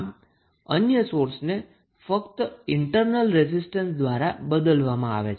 આમ અન્ય સોર્સને ફક્ત ઈન્ટર્નલ રેઝિસ્ટન્સ દ્વારા બદલવામાં આવે છે